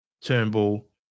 Turnbull